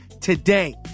today